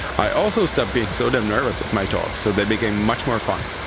i also stopped being so damn nervous at my talks, so they became much more fun